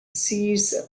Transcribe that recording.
seat